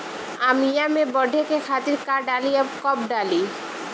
आमिया मैं बढ़े के खातिर का डाली कब कब डाली?